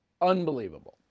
unbelievable